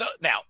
Now